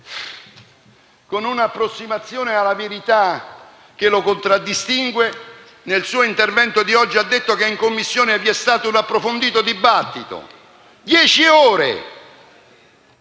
con un'approssimazione alla verità che lo contraddistingue, nel suo intervento di oggi ha detto che in Commissione vi è stato un approfondito dibattito: dieci ore.